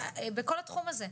בכל התחום הזה.